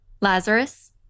Lazarus